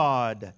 God